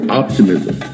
optimism